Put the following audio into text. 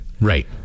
Right